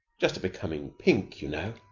just a becoming pink, you know!